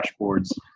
dashboards